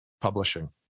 Publishing